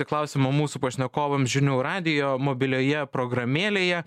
klausimą mūsų pašnekovams žinių radijo mobilioje programėlėje